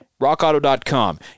RockAuto.com